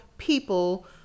people